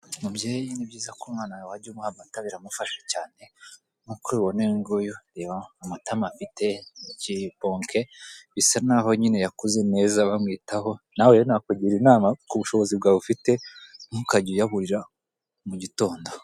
Mubyeyi ni byiza ko umwana wawe wajya umuha amata biramufasha cyane, nkuko ubibona uyu nguyu reba amatama afite ni kibonke bisa naho nyine yakuze neza bamwitaho nawe rero nakugira inama ku bushobozi bwawe ufite ntukage uyabura mu gitondo.